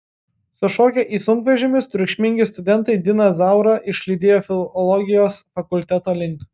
sušokę į sunkvežimius triukšmingi studentai diną zaurą išlydėjo filologijos fakulteto link